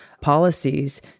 policies